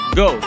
go